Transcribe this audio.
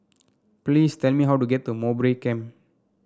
please tell me how to get to Mowbray Camp